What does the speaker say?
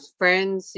friends